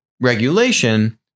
Regulation